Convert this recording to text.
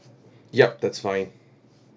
yup that's fine